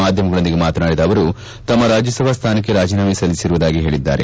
ಮಾಧ್ಯಮಗಳೊಂದಿಗೆ ಮಾತನಾಡಿದ ಅವರು ತಮ್ಮ ರಾಜ್ಯಸಭಾ ಸ್ಥಾನಕ್ಕೆ ರಾಜೀನಾಮೆ ಸಲ್ಲಿಸಿರುವುದಾಗಿ ಹೇಳಿದ್ದಾರೆ